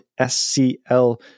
SCL